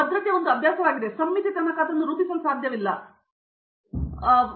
ಅಂಜುಲಾ ವಯಾಲಯಧಧು ಅಂಬಾಧುಲಾ ವಲಾಯಯುದು ತೊಟ್ಟಿಲ್ ಪಾಲಕ್ಕಾಂ ಸುಡುಗಡು ವರ ಪ್ರೊಫೆಸರ್ ಪ್ರತಾಪ್ ಹರಿಡೋಸ್ ಹೌದು ಹೌದು